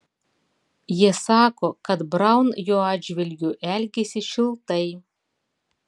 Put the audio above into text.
jie sako kad braun jo atžvilgiu elgėsi šiltai